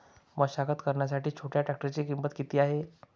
मशागत करण्यासाठी छोट्या ट्रॅक्टरची किंमत किती आहे?